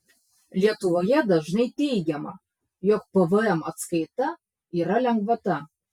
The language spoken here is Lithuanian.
lietuvoje dažnai teigiama jog pvm atskaita yra lengvata